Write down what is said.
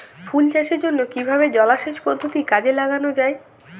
ফুল চাষের জন্য কিভাবে জলাসেচ পদ্ধতি কাজে লাগানো যাই?